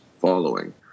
following